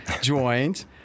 joined